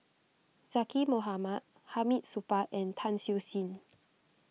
Zaqy Mohamad Hamid Supaat and Tan Siew Sin